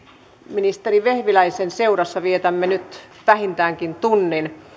ministeri vehviläisen seurassa vietämme nyt vähintäänkin tunnin